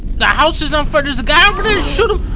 the house is on fire there's a guy over there? shoot him!